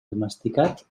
domesticat